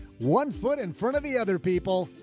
one foot in front of the other people,